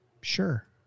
Sure